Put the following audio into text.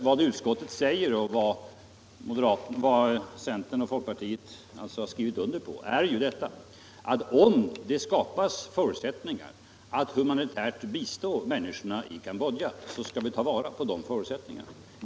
Vad utskouetr säger och vad centern och folkpartiet skrivit under på är att om det skapas förutsättningar för att humanitärt bistå människorna I Cambodja så skall vi ta vara på de förutsättningarna.